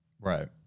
Right